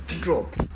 drop